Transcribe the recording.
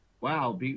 wow